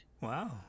Wow